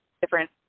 different